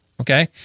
Okay